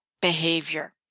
behavior